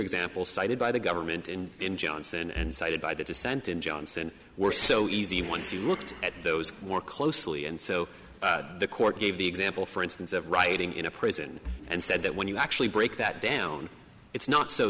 examples cited by the government and in johnson and cited by the dissent in johnson were so easy once you looked at those more closely and so the court gave the example for instance of writing in a prison and said that when you actually break that down it's not so